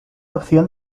opción